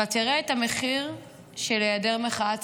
אבל תראה את המחיר של היעדר מחאה ציבורית.